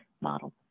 model